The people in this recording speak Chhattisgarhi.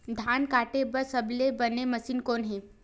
धान काटे बार सबले बने मशीन कोन हे?